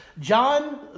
John